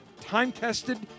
time-tested